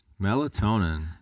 Melatonin